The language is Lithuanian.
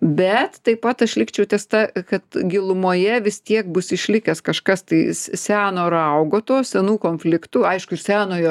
bet taip pat aš likčiau ties ta kad gilumoje vis tiek bus išlikęs kažkas tai seno raugo to senų konfliktų aišku iš senojo